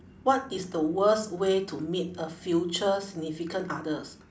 what is the worst way to meet a future significant others